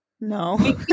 No